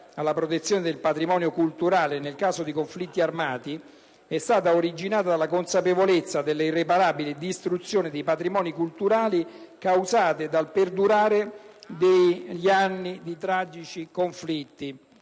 alla protezione del patrimonio culturale nel caso di conflitti armati, è stata originata dalla consapevolezza delle irreparabili distruzioni di patrimoni culturali causate dal perdurare negli anni di tragici conflitti.